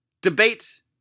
Debate